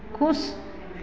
खुश